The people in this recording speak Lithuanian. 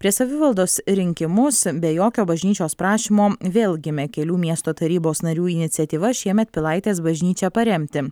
prieš savivaldos rinkimus be jokio bažnyčios prašymo vėl gimė kelių miesto tarybos narių iniciatyva šiemet pilaitės bažnyčią paremti